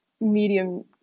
medium